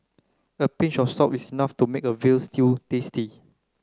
a pinch of salt is enough to make a veal stew tasty